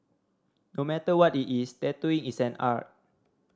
no matter what it is tattooing is an art